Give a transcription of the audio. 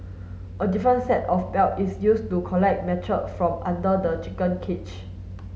a different set of belt is used to collect from under the chicken cage